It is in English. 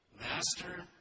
Master